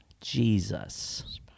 Jesus